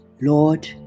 Lord